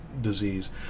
disease